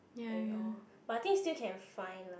and all but I think still can find lah